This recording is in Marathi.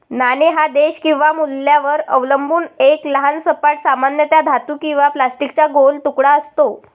नाणे हा देश किंवा मूल्यावर अवलंबून एक लहान सपाट, सामान्यतः धातू किंवा प्लास्टिकचा गोल तुकडा असतो